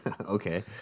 Okay